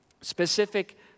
Specific